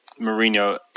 Mourinho